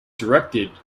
directed